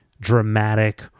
dramatic